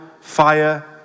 fire